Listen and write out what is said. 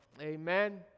Amen